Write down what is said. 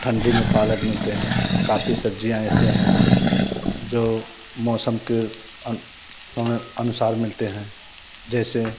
ठंडी में पालक मिलते हैं काफ़ी सब्जियाँ ऐसे हैं जो मौसम के समय अनुसार मिलते हैं जैसे